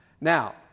Now